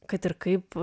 kad ir kaip